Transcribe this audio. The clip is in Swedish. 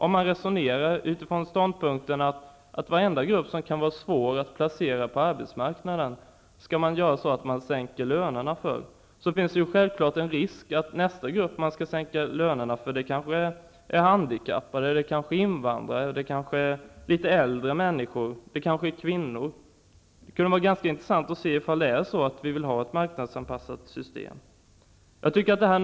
Om man resonerar utifrån ståndpunkten att man skall sänka lönerna för varje grupp som kan vara svår att placera på arbetsmarknaden, finns det en självklar risk för att nästa grupp som man sänker lönerna för kanske är handikappade, invandrare, litet äldre människor eller kvinnor. Det kunde vara intressant att se om vi vill ha ett marknadsanpassat system.